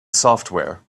software